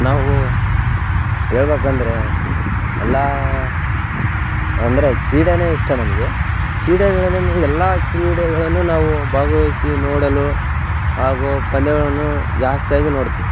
ನಾವು ಹೇಳ್ಬಕಂದ್ರೆ ಎಲ್ಲ ಅಂದರೆ ಕ್ರೀಡೇ ಇಷ್ಟ ನಮಗೆ ಕ್ರೀಡೆಗಳಲ್ಲಿ ಎಲ್ಲ ಕ್ರೀಡೆಗಳನ್ನು ನಾವು ಭಾಗವಯ್ಸಿ ನೋಡಲು ಹಾಗೂ ಪಂದ್ಯಗಳನ್ನು ಜಾಸ್ತಿಯಾಗಿ ನೋಡ್ತಿವಿ